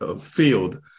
field